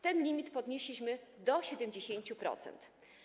Ten limit podnieśliśmy do 70%.